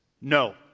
No